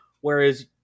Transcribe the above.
Whereas